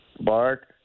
Bart